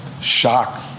Shock